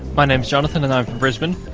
my name is jonathan and i'm from brisbane.